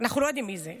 אנחנו לא יודעים מי זה,